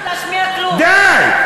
די.